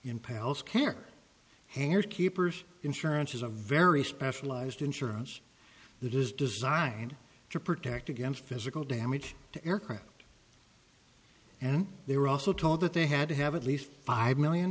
in palace care hangar keepers insurance is a very specialized insurance that is designed to protect against physical damage to aircraft and they were also told that they had to have at least five million